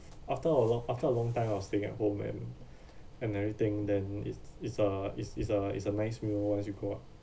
after a long after a long time of staying at home and and everything then it's it's a it's it's a it's a nice meal once you go out